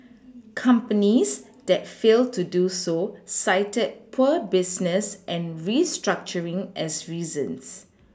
companies that failed to do so cited poor business and restructuring as reasons